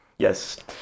Yes